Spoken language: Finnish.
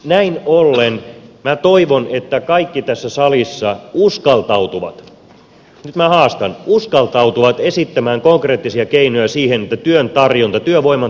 näin ollen minä toivon että kaikki tässä salissa uskaltautuvat nyt minä haastan uskaltautuvat esittämään konkreettisia keinoja siihen että työn tarjonta työvoiman tarjonta lisääntyy